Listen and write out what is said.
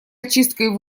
очисткой